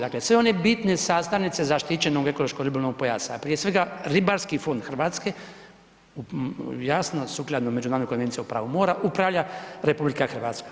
Dakle, sve one bitne sastavnice zaštićenoga ekološko-ribolovnog pojasa, prije svega ribarski fond Hrvatske, jasno sukladno Međunarodnoj konvenciji o pravu mora, upravlja RH.